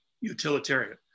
Utilitarian